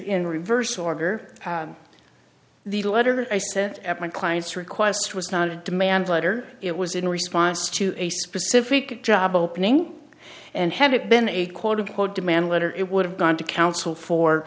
in reverse order the letter i sent my clients request was not a demand letter it was in response to a specific job opening and had it been a quote unquote demand letter it would have gone to counsel for